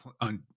on